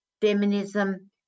feminism